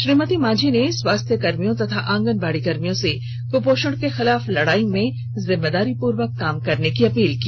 श्रीमती मांझी ने स्वास्थ्य कर्मियों एवं आंगनबाडी कर्मियों से कपोषण के खिलाफ लडाई में जिम्मेदारीपुर्वक काम करने की अपील की